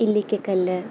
Illikkakallu